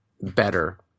better